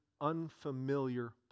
unfamiliar